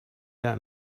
that